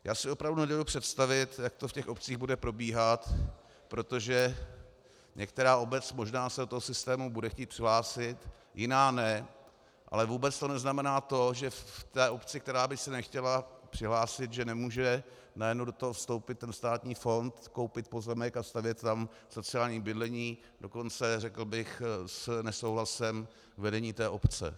Já si opravdu nedovedu představit, jak to v těch obcích bude probíhat, protože některá obec možná se do toho systému bude chtít přihlásit, jiná ne, ale vůbec to neznamená to, že v té obci, která by se nechtěla přihlásit, že nemůže najednou do toho vstoupit ten státní fond, koupit pozemek a stavět tam sociální bydlení, dokonce řekl bych s nesouhlasem vedení té obce.